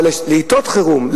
אבל בעתות חירום,